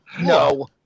No